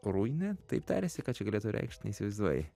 korujne taip tariasi ką čia galėtų reikšt neįsivaizduoji